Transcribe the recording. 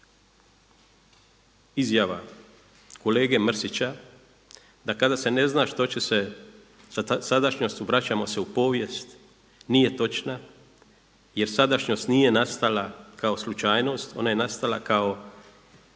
izjava kolege Mrsića da kada se ne zna što će se sa sadašnjošću vraćamo se u povijest, nije točna jer sadašnjost nije nastala kao slučajnost, ona je nastala kao